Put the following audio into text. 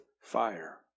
fire